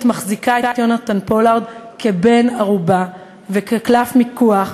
מחזיקה את יונתן פולארד כבן-ערובה וכקלף מיקוח,